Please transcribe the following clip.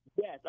Yes